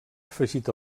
afegit